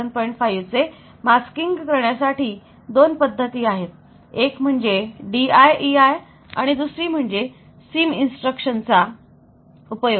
5 चे मास्किन्ग करण्यासाठी दोन पद्धती आहेत एक म्हणजे DIEI आणि दुसरी म्हणजे SIM इन्स्ट्रक्शन चा उपयोग